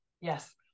Yes